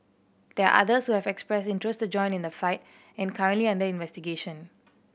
there are others who have expressed interest to join in the fight and are currently under investigation